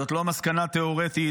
זאת לא מסקנה תיאורטית,